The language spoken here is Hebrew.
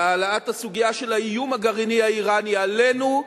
בהעלאת הסוגיה של האיום הגרעיני האירני עלינו,